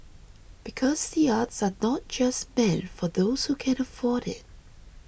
because the arts are not just meant for those who can afford it